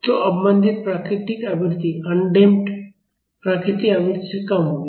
तो अवमंदित प्राकृतिक आवृत्ति अनडम्प्ड प्राकृतिक आवृत्ति से कम होगी